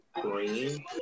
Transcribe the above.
green